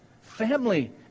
family